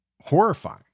horrifying